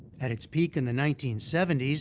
at its peak in the nineteen seventy s,